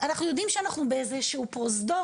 אנחנו יודעים שאנחנו באיזה שהוא פרוזדור